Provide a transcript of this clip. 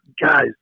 guys